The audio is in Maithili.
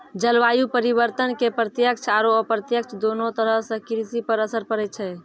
जलवायु परिवर्तन के प्रत्यक्ष आरो अप्रत्यक्ष दोनों तरह सॅ कृषि पर असर पड़ै छै